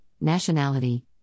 nationality